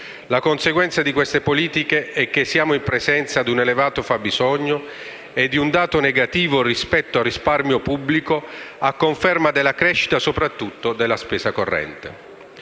La conseguenza di queste politiche è che siamo in presenza di un elevato fabbisogno e di un dato negativo rispetto al risparmio pubblico, a conferma della crescita sopratutto delle spese correnti.